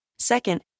Second